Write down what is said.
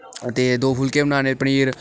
ते दो फुलके बनाने पनीर